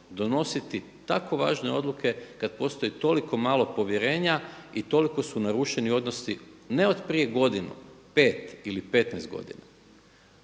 donositi tako važne odluke kada postoji toliko malo povjerenja i toliko su narušeni odnosi ne od prije godinu, pet ili petnaest godina?